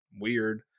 weird